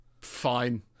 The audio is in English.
Fine